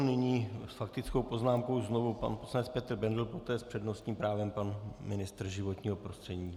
Nyní s faktickou poznámkou znovu pan poslanec Petr Bendl, poté s přednostním právem pan ministr životního prostředí.